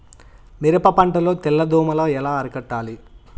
మిరప పంట లో తెల్ల దోమలు ఎలా అరికట్టాలి?